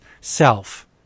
self